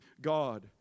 God